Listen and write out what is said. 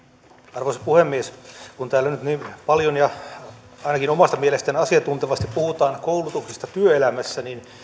arvoisa puhemies kun täällä nyt niin paljon ja ainakin omasta mielestä asiantuntevasti puhutaan koulutuksesta työelämässä niin